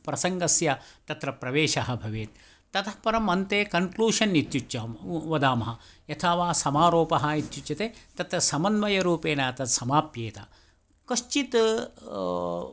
प्रसङ्गस्य तत्र प्रवेशः भवेद् ततः परं अन्ते कन्क्लूषन् इत्युच्च वदामः यथा वा समारोपः इत्युच्यते तत्र समन्वयरुपेण तत्र समाप्येत कञ्चित्